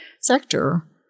sector